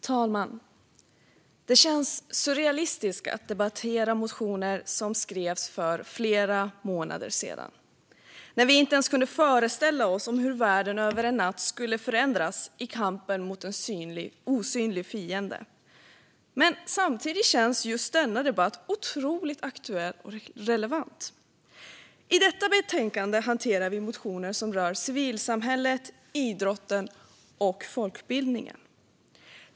Fru talman! Det känns surrealistiskt att debattera motioner som skrevs för flera månader sedan - när vi inte ens kunde föreställa oss hur världen över en natt skulle förändras i kampen mot en osynlig fiende. Men samtidigt känns just denna debatt otroligt aktuell och relevant. I detta betänkande hanterar vi motioner som rör civilsamhället, idrotten och folkbildningen.